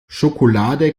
schokolade